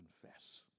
confess